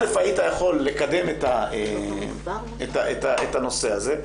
היית יכול לקדם את הנושא הזה,